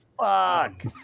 Fuck